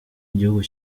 igihugu